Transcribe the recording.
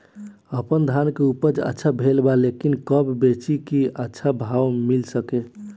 आपनधान के उपज अच्छा भेल बा लेकिन कब बेची कि अच्छा भाव मिल सके?